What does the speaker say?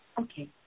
Okay